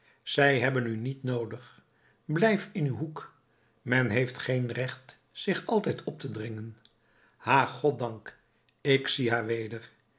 zij hebben u niet noodig blijf in uw hoek men heeft geen recht zich altijd op te dringen ha goddank ik zie haar weder